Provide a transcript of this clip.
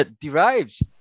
derives